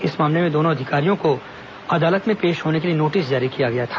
इस मामले में दोनों अधिकारियों को अदालत में पेश होने के लिए नोटिस जारी किया गया था